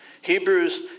Hebrews